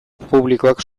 publikoak